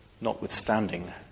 notwithstanding